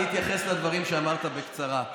אני אתייחס לדברים שאמרת בקצרה.